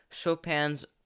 Chopin's